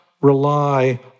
rely